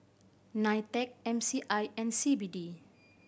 NITEC M C I and C B D